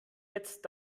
jetzt